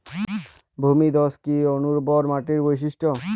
ভূমিধস কি অনুর্বর মাটির বৈশিষ্ট্য?